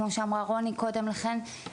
כמו שאמרה קודם לכן רוני.